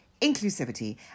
inclusivity